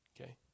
Okay